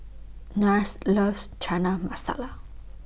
Nash loves Chana Masala